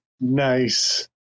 Nice